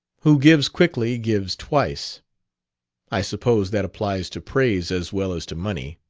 who gives quickly gives twice i suppose that applies to praise as well as to money.